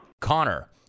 Connor